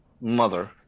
mother